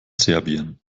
serbien